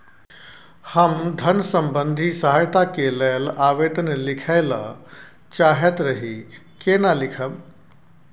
हम धन संबंधी सहायता के लैल आवेदन लिखय ल चाहैत रही केना लिखब?